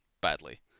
badly